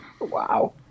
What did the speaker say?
Wow